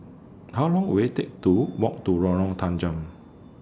How Long Will IT Take to Walk to Lorong Tanggam